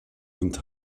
und